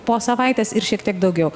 po savaitės ir šiek tiek daugiau